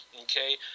Okay